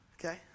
Okay